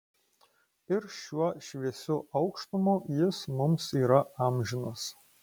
ir šiuo šviesiu aukštumu jis mums yra amžinas